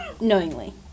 Knowingly